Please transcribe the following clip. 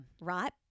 Right